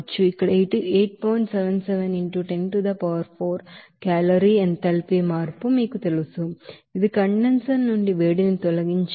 77 into 10 to the power of 4 calorie enthalpy మార్పు మీకు తెలుసు ఇది కండెన్సర్ నుండి వేడిని తొలగించే